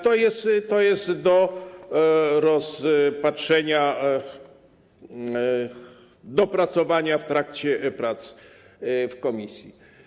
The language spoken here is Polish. To jest do rozpatrzenia, dopracowania w trakcie prac w komisji.